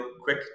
quick